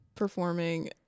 performing